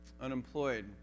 Unemployed